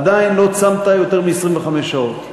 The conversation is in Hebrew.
עדיין לא צמת יותר מ-25 שעות,